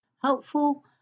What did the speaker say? helpful